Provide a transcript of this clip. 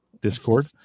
discord